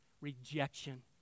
rejection